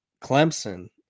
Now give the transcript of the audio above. Clemson